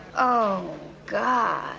oh god,